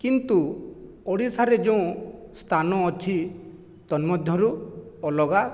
କିନ୍ତୁ ଓଡ଼ିଶାରେ ଯେଉଁ ସ୍ଥାନ ଅଛି ତନ ମଧ୍ୟରୁ ଅଲଗା